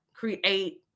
Create